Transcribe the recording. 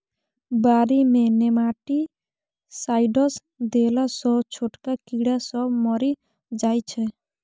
बारी मे नेमाटीसाइडस देला सँ छोटका कीड़ा सब मरि जाइ छै